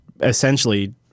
essentially